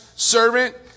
servant